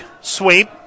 sweep